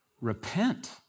repent